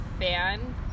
fan